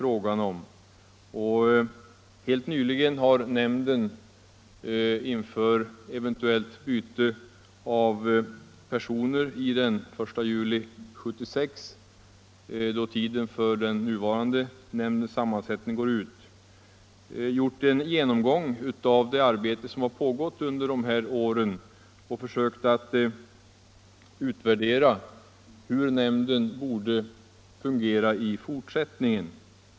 Nämnden har helt nyligen, inför den I juli 1975 då mandatperioden för nämndens nuvarande ledamöter går ut och nya eventuellt kan tillkomma, gjort en genomgång av det arbete som bedrivits under de gångna åren och försökt komma fram till en uppfattning om hur nämnden borde fungera i fortsättningen.